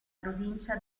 provincia